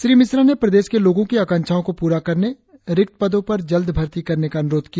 श्री मिश्रा ने प्रदेश के लोगो की आकांक्षाओ को पूरा करने रिक्त पदो पर जल्द भर्ती करने का अनुरोध किया